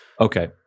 Okay